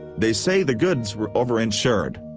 they say the goods were overinsured.